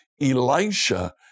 Elisha